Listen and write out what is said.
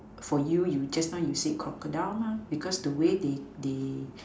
for you you just now you say crocodile because the way they they